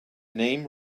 name